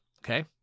Okay